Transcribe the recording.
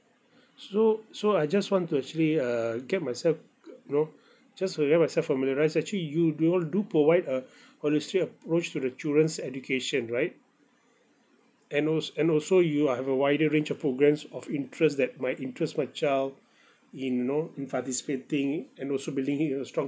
so so I just want to actually uh get myself uh you know just prepare myself familiarise actually you you all do provide a holistic approach to the children's education right and als~ and also you uh have a wider range of programs of interest that might interest my child in you know in participating and also building him a strong